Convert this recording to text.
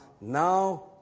Now